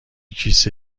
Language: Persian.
کیسه